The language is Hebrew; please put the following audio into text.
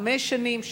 חמש שנים,